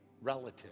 relative